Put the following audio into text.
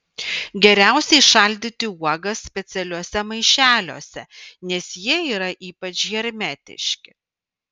geriausiai šaldyti uogas specialiuose maišeliuose nes jie yra ypač hermetiški